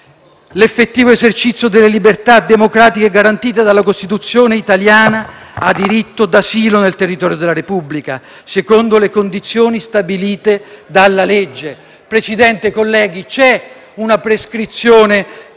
l'effettivo esercizio delle libertà democratiche garantite dalla Costituzione italiana ha diritto d'asilo nel territorio della Repubblica secondo le condizioni stabilite dalla legge». Signor Presidente, colleghi, c'è una prescrizione